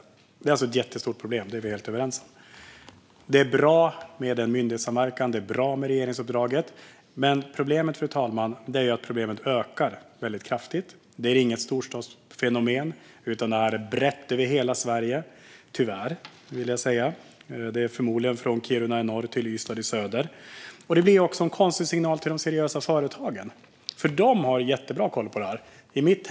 Detta är alltså ett jättestort problem; det är vi helt överens om. Det är bra med myndighetssamverkan och med regeringsuppdraget. Men, fru talman, problemet ökar väldigt kraftigt. Det är inget storstadsfenomen utan förekommer brett över hela Sverige, tyvärr. Det finns förmodligen från Kiruna i norr till Ystad i söder. Det blir också en konstig signal till de seriösa företagen. De har jättebra koll på detta.